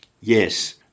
Yes